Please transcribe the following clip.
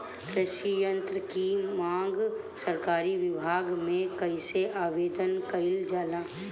कृषि यत्र की मांग सरकरी विभाग में कइसे आवेदन कइल जाला?